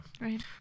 Right